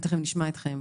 ותכף נשמע אתכם,